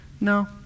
No